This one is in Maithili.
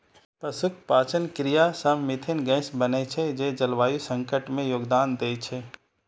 पशुक पाचन क्रिया सं मिथेन गैस बनै छै, जे जलवायु संकट मे योगदान दै छै